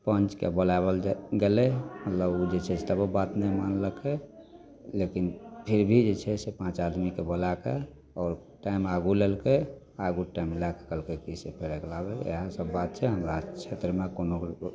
पञ्चके बोलाओल जा गेलै मतलब ओ जे छै तबो बात नहि मानलकै लेकिन फिर भी जे छै से पाँच आदमीके बोलाके आओर टाइम आगू लेलकै आगू टाइम लएके कहलकै की से फेर अगिला बेर आएब तऽ इएह सब बात छै हमरा क्षेत्र मे आओर कोनो